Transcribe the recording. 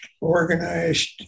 organized